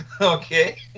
Okay